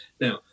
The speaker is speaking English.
Now